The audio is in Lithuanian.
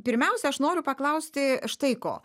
pirmiausia aš noriu paklausti štai ko